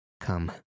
Come